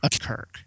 Kirk